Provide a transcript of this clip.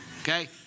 okay